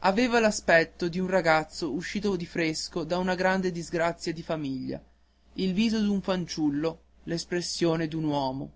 avea l'aspetto d'un ragazzo uscito di fresco da una grande disgrazia di famiglia il viso d'un fanciullo l'espressione d'un uomo